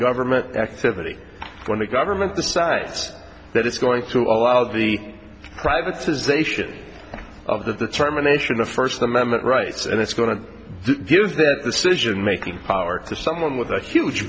government activity when the government decides that it's going to allow the privatization of the determination of first amendment rights and it's going to give their decision making power to someone with a huge